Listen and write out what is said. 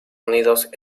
unidos